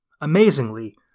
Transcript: Amazingly